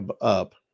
up